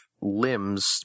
limbs